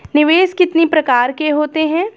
निवेश कितनी प्रकार के होते हैं?